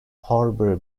horbury